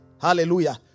Hallelujah